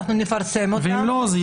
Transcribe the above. אנחנו נפרסם את הנהלים בסיכום הדיון.